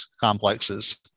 complexes